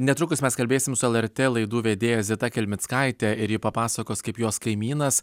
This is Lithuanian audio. netrukus mes kalbėsim su lrt laidų vedėja zita kelmickaite ir ji papasakos kaip jos kaimynas